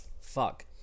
fuck